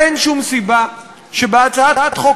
אין שום סיבה שבהצעת חוק